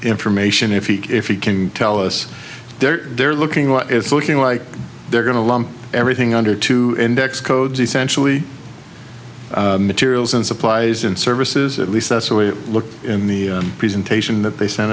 information if he if you can tell us they're they're looking what it's looking like they're going to lump everything under two index codes essentially materials and supplies in services at least that's the way it looked in the presentation that they sent